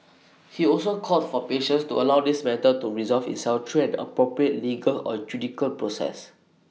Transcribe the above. he also called for patience to allow this matter to resolve itself through an appropriate legal or judicial process